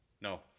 No